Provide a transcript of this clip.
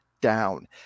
down